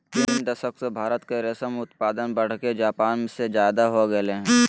तीन दशक से भारत के रेशम उत्पादन बढ़के जापान से ज्यादा हो गेल हई